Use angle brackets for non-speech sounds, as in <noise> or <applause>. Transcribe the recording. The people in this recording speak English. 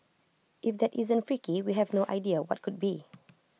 if that isn't freaky we have no idea what could be <noise>